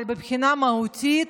אבל מבחינה מהותית,